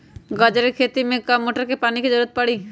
गाजर के खेती में का मोटर के पानी के ज़रूरत परी?